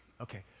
Okay